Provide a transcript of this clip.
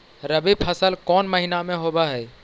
रबी फसल कोन महिना में होब हई?